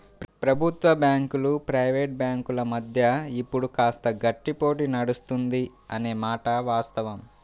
ప్రభుత్వ బ్యాంకులు ప్రైవేట్ బ్యాంకుల మధ్య ఇప్పుడు కాస్త గట్టి పోటీ నడుస్తుంది అనే మాట వాస్తవం